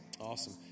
Awesome